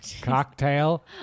Cocktail